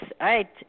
right